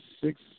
six